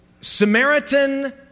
Samaritan